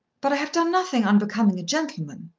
but i have done nothing unbecoming a gentleman.